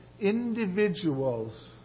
individuals